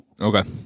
Okay